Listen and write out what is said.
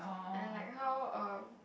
and like how um